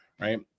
right